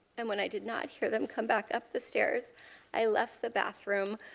and when i did not hear them come back up the stairs i left the bathroom,